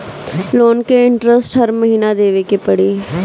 Loan के interest हर महीना देवे के पड़ी?